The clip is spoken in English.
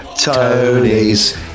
Tony's